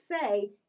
say